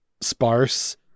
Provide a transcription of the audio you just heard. sparse